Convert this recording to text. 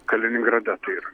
kaliningrade tai yra